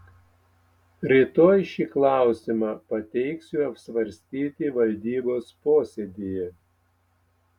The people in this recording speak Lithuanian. rytoj šį klausimą pateiksiu apsvarstyti valdybos posėdyje